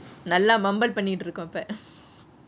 நல்ல:nalla mumble பண்ணிட்டு இருக்கும் இப்போ:pannitu irukkum ippo